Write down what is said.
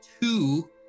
two